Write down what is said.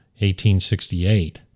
1868